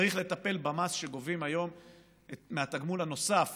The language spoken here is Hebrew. צריך לטפל במס שגובים היום מהתגמול הנוסף